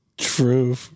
True